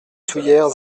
soullieres